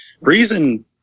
Reason